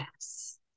Yes